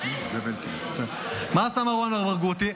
מה עשה מרואן ברגותי?